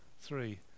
Three